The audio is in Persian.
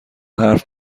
حرف